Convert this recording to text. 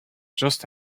just